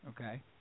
Okay